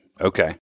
Okay